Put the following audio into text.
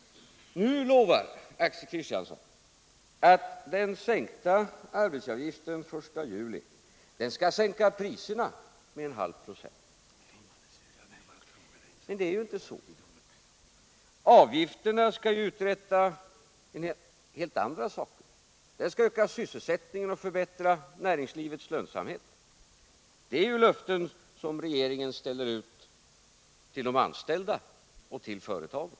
Nu lovar Axel Kristiansson att avskaffandet av arbetsgivaravgiften den I juli skall medföra en sänkning av priserna med 0,5 96. Men det blir inte så. Avgiftens avveckling skall ju uträtta helt andra saker. Den skall öka sysselsättningen och förbättra näringslivets lönsamhet. Det är löften som regeringen ger till de anställda och till företagen.